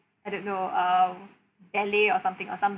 I don't know uh ballet or something or some